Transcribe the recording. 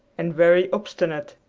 and very obstinate.